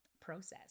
process